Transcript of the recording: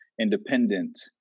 independent